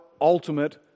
ultimate